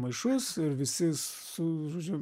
maišus ir visi su žodžiu